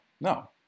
No